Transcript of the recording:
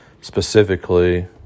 specifically